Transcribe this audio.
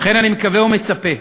ולכן, אני מקווה ומצפה